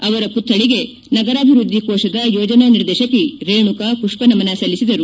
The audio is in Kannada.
ಅವರ ಪುತ್ಥಳಿಗೆ ನಗರಾಭಿವೃದ್ದಿ ಕೋಶ ಯೋಜನಾ ನಿರ್ದೇಶಕಿ ರೇಣುಕಾ ಪುಪ್ಪ ನಮನ ಸಲ್ಲಿಸಿದರು